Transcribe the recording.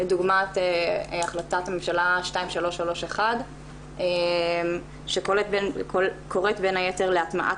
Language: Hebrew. לדוגמת החלטת ממשלה 2331 שקוראת בין היתר להטמעת